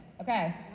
Okay